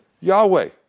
Yahweh